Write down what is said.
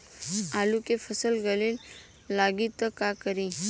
आलू के फ़सल गले लागी त का करी?